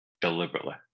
deliberately